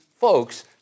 folks